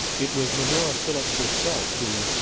it was medora phillips herself who,